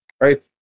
right